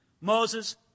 Moses